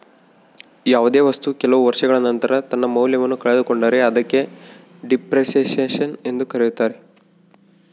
ಯಾವುದೇ ವಸ್ತು ಕೆಲವು ವರ್ಷಗಳ ನಂತರ ತನ್ನ ಮೌಲ್ಯವನ್ನು ಕಳೆದುಕೊಂಡರೆ ಅದಕ್ಕೆ ಡೆಪ್ರಿಸಸೇಷನ್ ಎಂದು ಕರೆಯುತ್ತಾರೆ